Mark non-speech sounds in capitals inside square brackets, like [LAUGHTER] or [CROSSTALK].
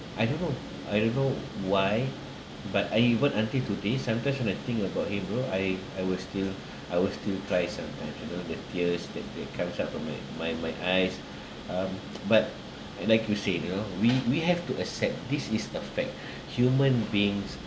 I don't know I don't know why but I even until today sometimes when I think about him bro I I will still I will still cry sometimes you know the tears that that comes out from my my my eyes um but and like said you you know we we have to accept this is the fact [BREATH] human beings